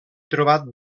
trobat